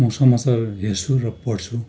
म समाचार हेर्छु र पढ्छु